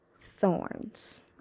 thorns